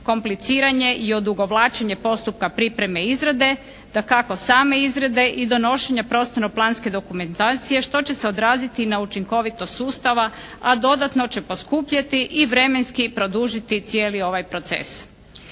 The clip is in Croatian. kompliciranje i odugovlačenje postupka pripreme i izrade. Dakako same izrade i donošenja prostorno-planske dokumentacije što će se odraziti na učinkovitost sustava a dodatno će poskupjeti i vremenski produžiti cijeli ovaj proces.